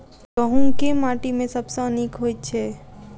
गहूम केँ माटि मे सबसँ नीक होइत छै?